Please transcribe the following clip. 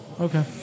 Okay